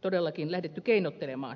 todellakin lähdetty keinottelemaan